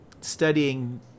studying